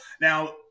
Now